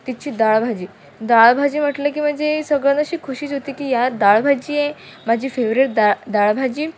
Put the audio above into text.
तिची दाळभाजी दाळभाजी म्हटलं की म्हणजे सगळ्यांना अशी खुशीच होती की यार दाळभाजी आहे माझी फेवरेट दा दाळभाजी